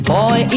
Boy